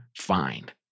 find